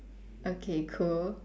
okay cool